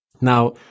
Now